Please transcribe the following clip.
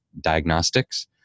diagnostics